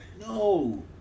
No